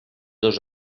dos